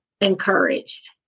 Encouraged